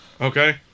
Okay